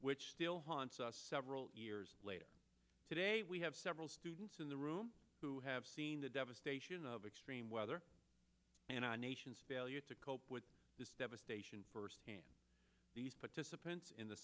which still haunts us several years later today we have several students in the room who have seen the devastation of extreme weather and i nation's failure to cope with this devastation firsthand these participants in the